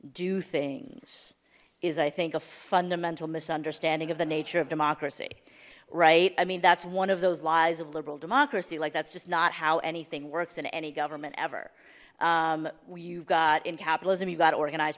do things is i think a fundamental misunderstanding of the nature of democracy right i mean that's one of those lies of liberal democracy like that's just not how anything works in any government ever you've got in capitalism you've got organized